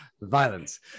violence